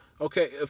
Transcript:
Okay